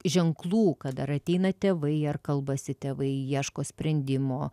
ženklų kad ar ateina tėvai ar kalbasi tėvai ieško sprendimo